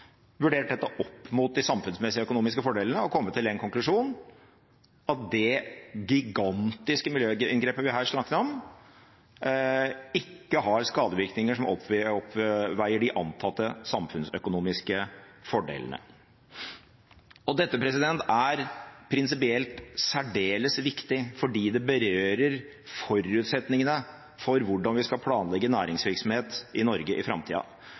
dette opp mot de samfunnsøkonomiske fordelene og kommet til den konklusjon at det gigantiske miljøinngrepet vi her snakker om, ikke har skadevirkninger som oppveier de antatte samfunnsøkonomiske fordelene. Dette er prinsipielt særdeles viktig fordi det berører forutsetningene for hvordan vi skal planlegge næringsvirksomhet i Norge i framtida.